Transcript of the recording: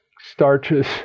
starches